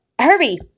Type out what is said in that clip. Herbie